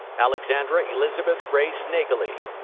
alexandra elizabeth-grace naegeli.